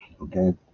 Okay